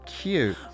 cute